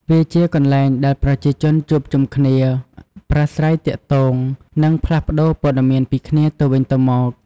វាជាកន្លែងដែលប្រជាជនជួបជុំគ្នា ប្រាស្រ័យទាក់ទង និងផ្លាស់ប្តូរព័ត៌មានពីគ្នាទៅវិញទៅមក។